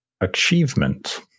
Achievement